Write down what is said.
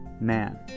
man